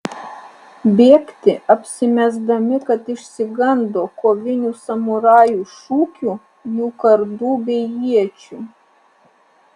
bėgti apsimesdami kad išsigando kovinių samurajų šūkių jų kardų bei iečių